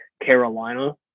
Carolina